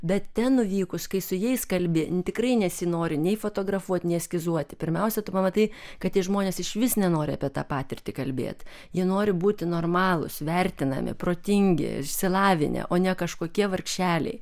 bet ten nuvykus kai su jais kalbi tikrai nesinori nei fotografuoti nei eskizuoti pirmiausia tu matai kad tie žmonės išvis nenori apie tą patirtį kalbėt jie nori būti normalūs vertinami protingi išsilavinę o ne kažkokie vargšeliai